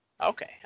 Okay